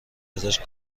ازش